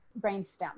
brainstem